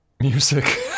music